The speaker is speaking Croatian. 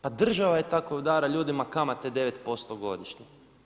Pa država je tako udara ljudima kamate 9% godišnje.